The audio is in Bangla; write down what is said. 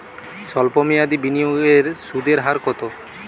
সল্প মেয়াদি বিনিয়োগের সুদের হার কত?